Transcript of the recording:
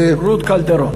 רות קלדרון.